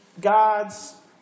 God's